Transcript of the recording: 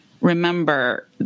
remember